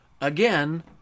Again